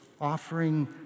offering